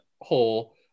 hole